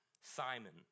Simon